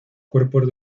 cuerpos